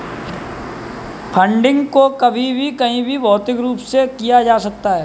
funding को कभी भी कहीं भी भौतिक रूप से किया जा सकता है